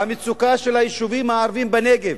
והמצוקה של היישובים הערביים בנגב